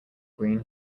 green